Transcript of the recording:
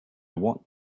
want